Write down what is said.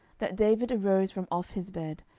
that david arose from off his bed,